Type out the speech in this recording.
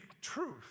truth